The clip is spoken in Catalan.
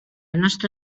nostra